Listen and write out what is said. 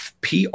pr